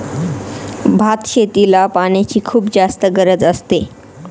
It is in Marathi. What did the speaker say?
भात शेतीला पाण्याची खुप जास्त गरज असते